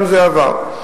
זה עבר.